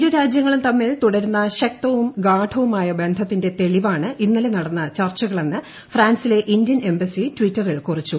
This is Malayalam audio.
ഉരു രാജ്യങ്ങളും തമ്മിൽ തുടരുന്ന ശക്തവും ഗാഢവുമായ ബന്ധത്തിന്റെ തെളിവാണ് ഇന്നലെ നടന്ന ചർച്ചകളെന്ന് ഫ്രാൻസിലെ ഇന്ത്യൻ എംബസി ട്വിറ്ററിൽ കുറിച്ചു